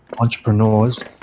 Entrepreneurs